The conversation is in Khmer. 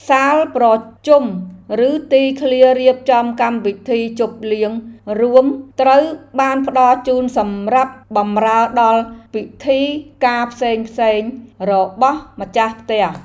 សាលប្រជុំឬទីធ្លារៀបចំកម្មវិធីជប់លៀងរួមត្រូវបានផ្តល់ជូនសម្រាប់បម្រើដល់ពិធីការផ្សេងៗរបស់ម្ចាស់ផ្ទះ។